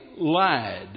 lied